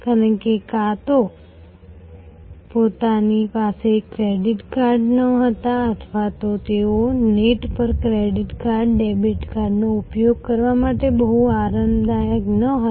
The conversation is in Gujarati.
કારણ કે કાં તો તેમની પાસે ક્રેડિટ કાર્ડ નહોતા અથવા તો તેઓ નેટ પર ક્રેડિટ કાર્ડ ડેબિટ કાર્ડનો ઉપયોગ કરવા માટે બહુ આરામદાયક ન હતા